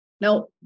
Now